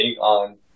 on